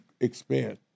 expand